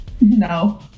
No